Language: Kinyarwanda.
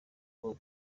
bwo